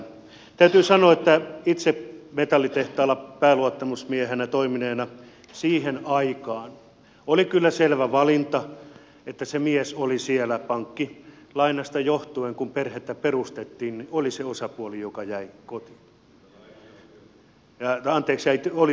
täytyy sanoa metallitehtaalla pääluottamusmiehenä toimineena että siihen aikaan oli kyllä selvä valinta että se mies oli siellä pankkilainasta johtuen kun perhettä perustettiin se osapuoli joka oli työelämässä